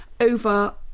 over